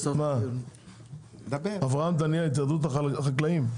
אברהם דניאל, התאחדות החקלאים.